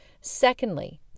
Secondly